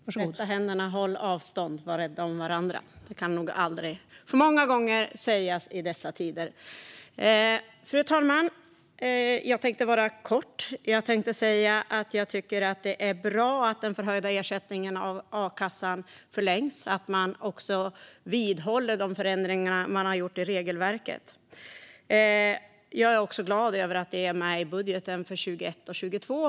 Fru talman! Tvätta händerna, håll avstånd och var rädda om varandra! Det kan nog inte sägas för många gånger i dessa tider. Fru talman! Jag tänkte hålla mig kort. Jag tycker att det är bra att den förhöjda ersättningen i a-kassan förlängs och att de förändringar som gjorts i regelverket vidhålls. Jag är också glad över att detta är med i budgeten för 2021 och 2022.